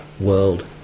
world